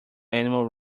animal